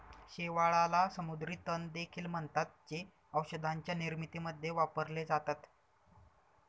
शेवाळाला समुद्री तण देखील म्हणतात, जे औषधांच्या निर्मितीमध्ये वापरले जातात